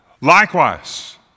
Likewise